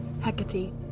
Hecate